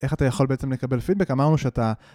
איך אתה יכול בעצם לקבל פידבק? אמרנו שאתה...